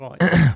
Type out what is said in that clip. Right